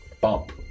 bump